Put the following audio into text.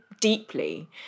deeply